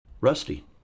rusty